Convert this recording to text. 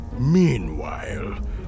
Meanwhile